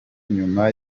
nyuma